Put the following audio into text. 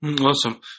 Awesome